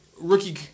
rookie